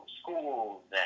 schools